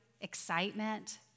excitement